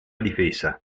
difesa